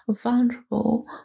vulnerable